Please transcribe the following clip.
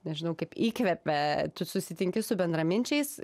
nežinau kaip įkvepia tu susitinki su bendraminčiais